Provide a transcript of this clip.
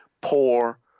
poor